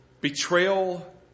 betrayal